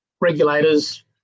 regulators